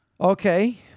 Okay